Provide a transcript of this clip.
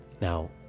Now